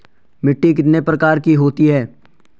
मिट्टी कितने प्रकार की होती है?